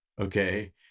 Okay